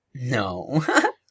No